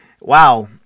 wow